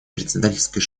председательской